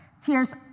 tears